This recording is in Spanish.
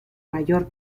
mayor